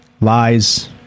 lies